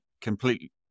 completely